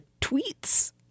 tweets